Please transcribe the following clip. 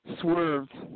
swerved